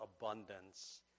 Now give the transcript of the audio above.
abundance